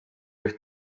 üht